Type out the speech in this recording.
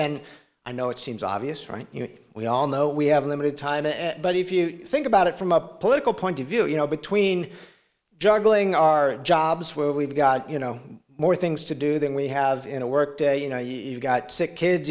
and i know it seems obvious right you know we all know we have a limited time but if you think about it from a political point of view you know between juggling our jobs where we've got you know more things to do than we have in a work day you know you've got sick kids